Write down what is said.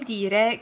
dire